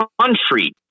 country